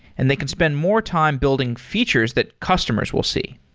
and they can spend more time building features that customers will see.